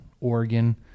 Oregon